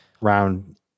Round